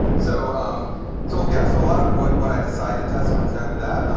so um so yeah, so a lot of what what i decide to test comes down to that.